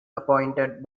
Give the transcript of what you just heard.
appointed